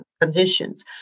conditions